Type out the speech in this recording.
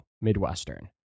Midwestern